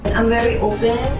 i'm very open